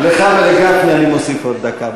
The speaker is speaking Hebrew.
לך ולגפני אני מוסיף עוד דקה.